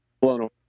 blown